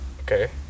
okay